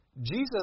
Jesus